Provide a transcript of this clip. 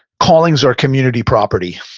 callings are community property.